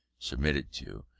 submitted to,